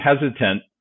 hesitant